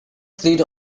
slid